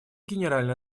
генеральной